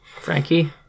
Frankie